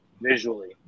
visually